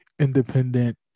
independent